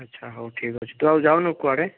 ଆଚ୍ଛା ହଉ ଠିକ୍ ଅଛି ତୁ ଆଉ ଯାଉନୁ କୁଆଡ଼େ